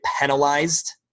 penalized